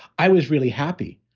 i was really happy.